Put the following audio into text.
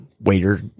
waiter